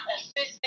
assistant